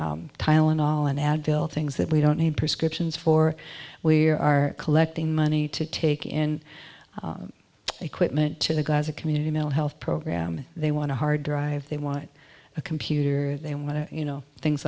tylenol and advil things that we don't need prescriptions for where our collecting money to take in equipment to the gaza community mental health program they want to hard drive they want a computer they want to you know things